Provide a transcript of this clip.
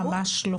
ממש לא.